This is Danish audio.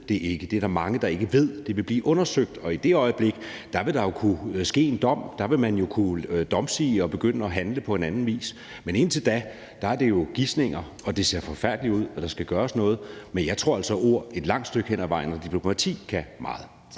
Det er der mange der ikke ved. Det vil blive undersøgt. Og i det øjeblik vil der kunne ske en dom, og der vil man jo kunne afsige dom og begynde at handle på anden vis. Men indtil da er det jo gisninger, og det ser forfærdeligt ud, og der skal gøres noget, men jeg tror altså, at ord og diplomati et langt stykke hen ad vejen kan meget.